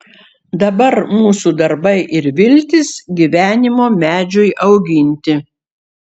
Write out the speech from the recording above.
dabar mūsų darbai ir viltys gyvenimo medžiui auginti